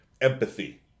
empathy